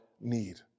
need